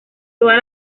todas